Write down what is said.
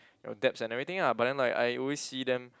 your debts and everything ah but then like I always see them